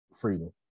freedom